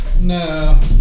No